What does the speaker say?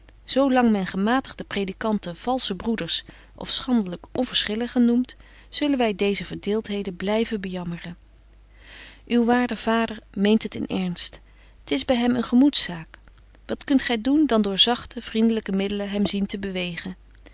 lang men gematigde predikanten valsche broeders of schandelyk onverschilligen noemt zullen wy deeze verdeeltheden blyven bejammeren betje wolff en aagje deken historie van mejuffrouw sara burgerhart uw waarde vader meent het in ernst t is by hem een gemoeds zaak wat kunt gy doen dan door zagte vriendelyke middelen hem zien te bewegen